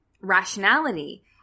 rationality